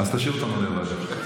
אז תשאיר אותנו לבד.